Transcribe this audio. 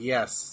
Yes